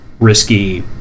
risky